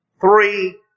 three